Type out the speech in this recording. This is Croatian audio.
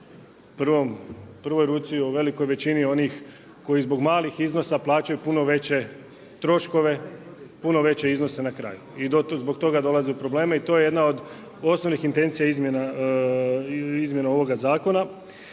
prvoj ruci o velikoj većini onih koji zbog malih iznosa plaćaju puno veće troškove, puno veće iznose na kraju i zbog toga dolaze u probleme i to je jedna od osnovnih intencija izmjena ovoga zakona.